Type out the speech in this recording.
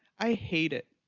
i hate it.